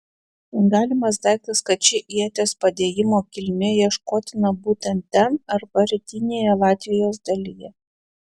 galimas daiktas kad ši ieties padėjimo kilmė ieškotina būtent ten arba rytinėje latvijos dalyje